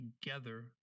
together